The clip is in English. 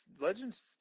Legends